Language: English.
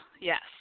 yes